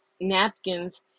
napkins